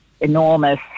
enormous